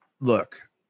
look